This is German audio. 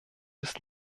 ist